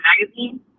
Magazine